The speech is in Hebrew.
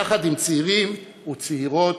יחד עם צעירים וצעירות